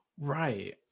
right